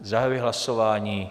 Zahajuji hlasování.